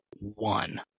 one